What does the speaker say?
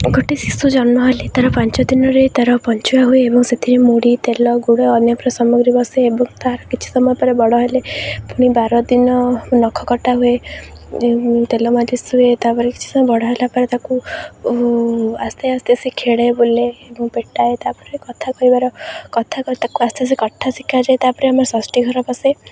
ଗୋଟେ ଶିଶୁ ଜନ୍ମ ହେଲେ ତାର ପାଞ୍ଚ ଦିନରେ ତାର ପଞ୍ଚୁଆ ହୁଏ ଏବଂ ସେଥିରେ ମୁଢ଼ି ତେଲ ଗୁଡ଼ ଅନ୍ୟ ସାମଗ୍ରୀ ବସେ ଏବଂ ତା'ର କିଛି ସମୟ ପରେ ବଡ଼ ହେଲେ ପୁଣି ବାର ଦିନ ନଖ କଟା ହୁଏ ତେଲ ମାଲିସ ହୁଏ ତା'ପରେ କିଛି ସମୟ ବଡ଼ ହେଲା ପରେ ତାକୁ ଆସ୍ତେ ଆସ୍ତେ ସେ ଖେଳେ ବୁଲେ ଏବଂ ପେଟାଏ ତା'ପରେ କଥା କହିବାର କଥା ତାକୁ ଆସ୍ତେ ଆସ୍ତେ କଥା ଶିଖାଯାଏ ତା'ପରେ ଆମର ଷଷ୍ଠୀ ଘର ବସେ